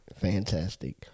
Fantastic